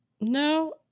No